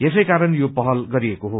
यसकारण यो पहल गरिएको हो